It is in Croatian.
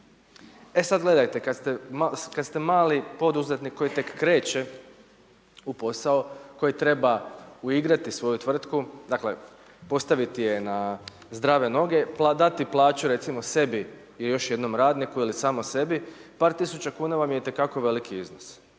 E sad gledajte kad ste mali poduzetnik koji tek kreće u posao, koji treba uigrati svoju tvrtku, dakle postaviti je na zdrave noge, dati plaću recimo sebi i još jednom radniku ili samo sebi, par tisuća kuna vam je itekako veliki iznos.